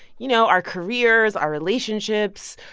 you know, our careers, our relationships,